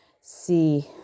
see